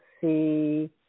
see